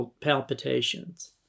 palpitations